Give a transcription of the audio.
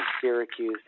Syracuse